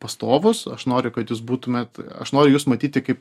pastovus aš noriu kad jūs būtumėt aš noriu jus matyti kaip